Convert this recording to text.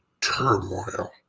turmoil